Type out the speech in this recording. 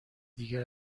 دیگر